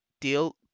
deal